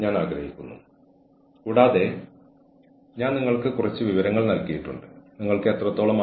ഞാൻ ഉദ്ദേശിക്കുന്നത് ഒരാളുടെ പ്രദേശത്ത് നിന്നുള്ള ആളുകളെ ഇഷ്ടപ്പെടുന്നത് മനുഷ്യ സ്വഭാവമാണ്